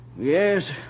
Yes